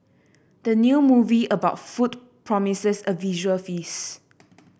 the new movie about food promises a visual feast